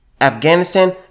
Afghanistan